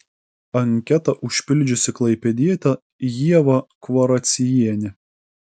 anketą užpildžiusi klaipėdietė ieva kvaraciejienė